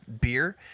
beer